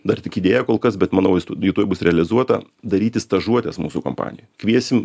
dar tik idėja kol kas bet manau jis ji tuoj bus realizuota daryti stažuotes mūsų kompanijoj kviesim